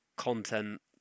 content